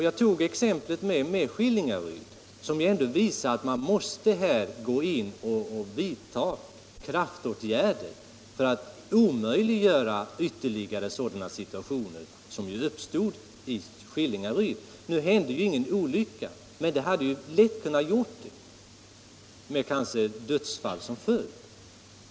Jag tog ett exempel som ju ändå visar att man måste vidta kraftåtgärder för att omöjliggöra sådana situationer som uppstod i Skillingaryd. Nu hände ju ingen olycka, men det hade lätt kunnat hända en olycka med kanske dödsfall som följd.